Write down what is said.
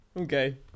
Okay